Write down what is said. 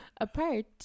apart